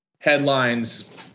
headlines